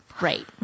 Right